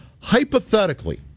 Hypothetically